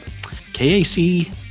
KAC